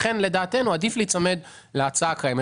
לכן לדעתנו עדיף להיצמד להצעה הקיימת.